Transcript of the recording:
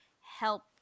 help